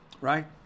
Right